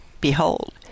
behold